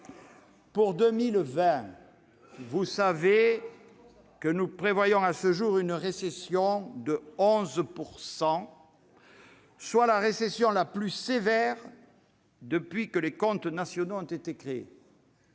Pour 2020, nous prévoyons à ce jour une récession de 11 %, soit la récession la plus sévère depuis que les comptes nationaux ont été créés.